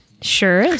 Sure